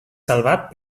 salvat